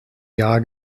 jahr